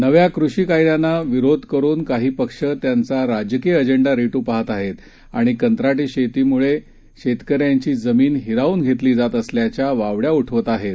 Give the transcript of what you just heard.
नव्याकृषीकायद्यांनाविरोधकरुनकाहीपक्षत्यांचाराजकीयअजेंडारेटूपाहातआहेत आणिकंत्राटीशेतीमुळेशेतकऱ्यांचीजमीनहिरावूनघेतलीजातअसल्याच्यावावड्याउडवतआहेत